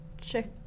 check